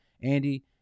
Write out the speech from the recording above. Andy